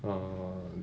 uh